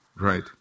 Right